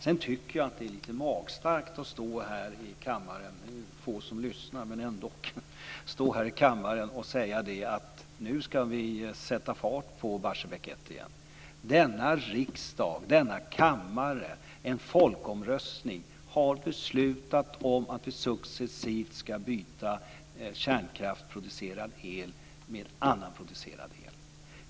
Sedan tycker jag att det är lite magstarkt att stå här i kammaren - det är visserligen få som lyssnar men ändå - och säga att vi nu ska sätta fart på Barsebäck 1 igen. Denna riksdag, denna kammare, och en folkomröstning har ju beslutat att vi successivt ska byta kärnkraftsproducerad el mot annan producerad el.